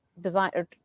design